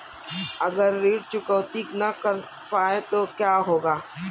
अगर ऋण चुकौती न कर पाए तो क्या होगा?